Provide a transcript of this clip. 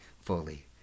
fully